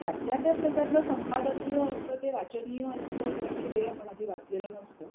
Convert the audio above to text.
त्यातल्या त्यात त्याच्यातलं संपादकीय असतं ते वाचनीय असतं कारण की ते आपण आधी वाचलेलं नसतं